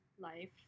life